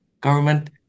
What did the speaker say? Government